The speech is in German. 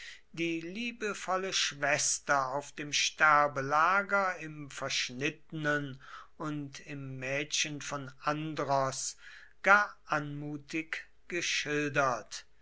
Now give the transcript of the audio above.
die liebevolle schwester auf dem sterbelager im verschnittenen und im mädchen von andros gar anmutig geschildert